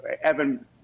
evan